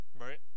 Right